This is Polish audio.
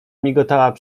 migotała